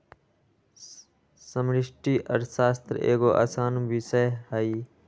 समष्टि अर्थशास्त्र एगो असान विषय हइ